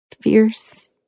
fierce